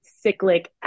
cyclic